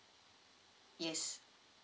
yes